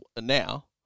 now